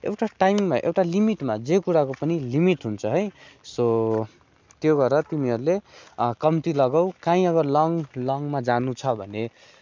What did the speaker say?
एउटा टाइममा एउटा लिमिटमा जे कुराको पनि लिमिट हुन्छ है सो त्यो गर तिमीहरूले कम्ती लगाउ कहीँ अगर लङ लङमा जानु छ भने